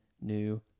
new